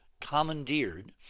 commandeered